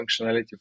functionality